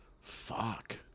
fuck